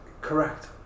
correct